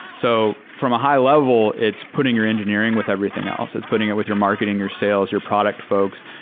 so from a high-level, it's putting your engineering with everything else. it's putting it with your marketing, your sales, your product folks,